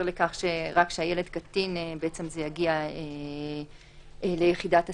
לכך שרק כשהילד קטין זה יגיע ליחידת הסיוע.